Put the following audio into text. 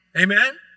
Amen